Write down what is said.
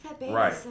right